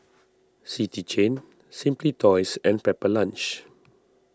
City Chain Simply Toys and Pepper Lunch